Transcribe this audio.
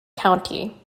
county